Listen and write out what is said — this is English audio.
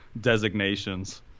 designations